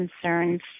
concerns